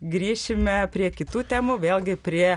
grįšime prie kitų temų vėlgi prie